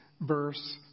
verse